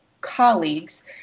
colleagues